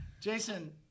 Jason